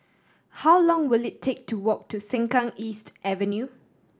how long will it take to walk to Sengkang East Avenue